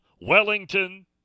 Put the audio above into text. Wellington